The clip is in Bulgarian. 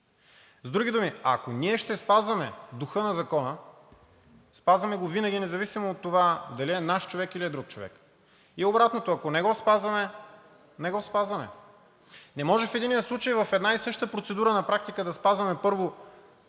С други думи, ако ние ще спазваме духа на закона, спазваме го винаги, независимо от това дали е наш човек, или е друг човек. И обратното, ако не го спазваме, не го спазваме. Не може в единия случай в една и съща процедура на практика да спазваме първо